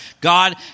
God